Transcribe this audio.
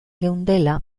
geundela